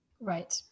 Right